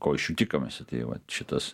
ko iš jų tikimasi tai va šitas